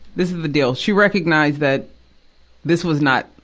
this is the deal, she recognized that this was not,